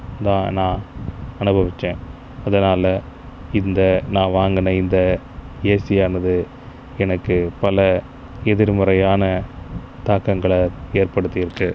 தான் நான் அனுபவித்தேன் அதனால் இந்த நான் வாங்கின இந்த ஏசி ஆனது எனக்கு பல எதிர்முறையான தாக்கங்களை ஏற்படுத்தியிருக்கு